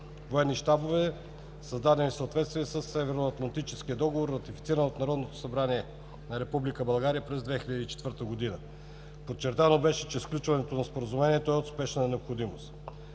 военни щабове, създадени в съответствие със Северноатлантическия договор, ратифициран от Народното събрание на Република България през 2004 г. Подчертано беше, че сключването на Споразумението е от спешна необходимост.